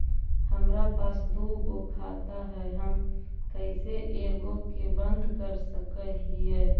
हमरा पास दु गो खाता हैं, हम कैसे एगो के बंद कर सक हिय?